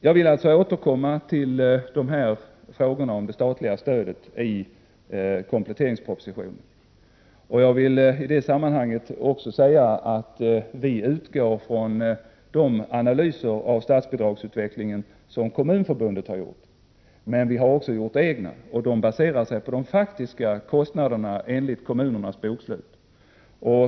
Jag vill alltså återkomma till frågan om det statliga stödet i kompletteringspropositionen. Jag vill i det sammanhanget också säga att vi utgår från de analyser av statsbidragsutvecklingen som Kommunförbundet har gjort. Men vi har också gjort egna beräkningar, och de baserar sig på de faktiska kostnaderna enligt kommunernas bokslut.